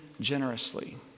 generously